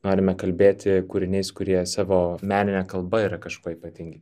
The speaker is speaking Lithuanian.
norime kalbėti kūriniais kurie savo menine kalba yra kažkuo ypatingi